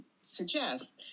suggest